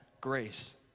grace